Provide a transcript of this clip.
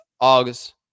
August